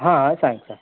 आ हय सांग सांग